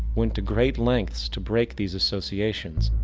went to great lengths to break these associations,